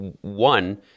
one